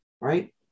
right